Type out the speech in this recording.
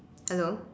hello